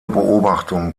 beobachtung